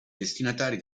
destinatari